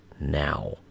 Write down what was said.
now